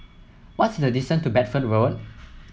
what's the distance to Bedford Road